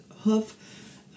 hoof